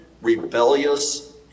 rebellious